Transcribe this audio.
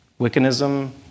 Wiccanism